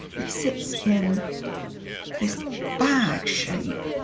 it sits in this bag shape.